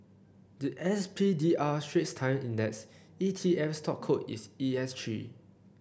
the S P D R Straits Times Index E T F stock code is E S three